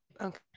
okay